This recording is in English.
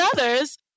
others